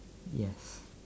yes